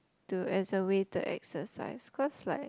to as a way to exercise cause like